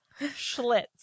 Schlitz